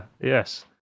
yes